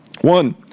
One